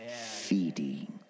feeding